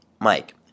Mike